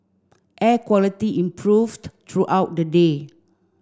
air quality improved throughout the day